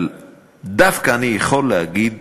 אבל דווקא אני יכול להגיד